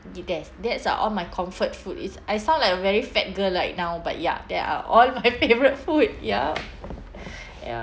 the that's that's are all my comfort food is I sound like a very fat girl right now but ya that are all my favourite food ya ya